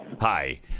Hi